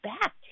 back